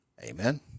Amen